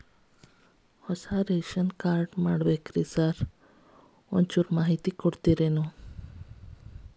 ಹೊಸದ್ ration card ಮಾಡ್ಬೇಕ್ರಿ sir ಒಂಚೂರ್ ಮಾಹಿತಿ ಕೊಡ್ತೇರೆನ್ರಿ?